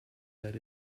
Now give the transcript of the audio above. that